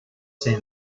sand